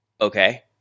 okay